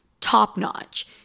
top-notch